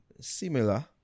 similar